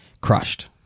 Crushed